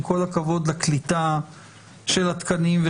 עם כל הכבוד לקליטה של התקנים,